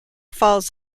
falls